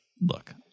look